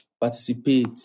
participate